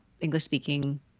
English-speaking